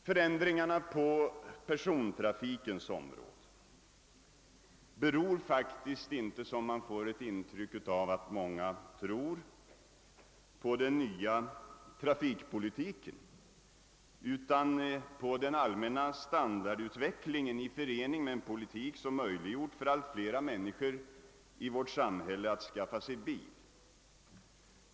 Förändringarna på persontrafikens område beror faktiskt inte, som många kanske tror, på den nya trafikpolitiken. De beror på den allmänna standardutvecklingen i förening med en politik som gjort det möjligt för allt fler människor i vårt samhälle att skaffa egen bil.